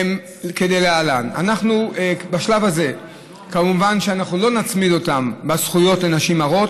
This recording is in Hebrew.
והן כדלהלן: בשלב הזה כמובן לא נצמיד אותן בזכויות לנשים הרות,